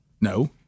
No